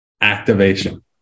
activation